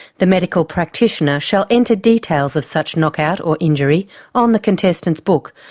the medical practitioner shall enter details of such knock-out or injury on the contestant's book,